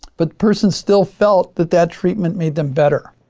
but person still felt that, that treatment made them better.